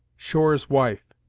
shore's wife,